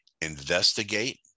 investigate